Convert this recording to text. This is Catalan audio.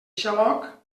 xaloc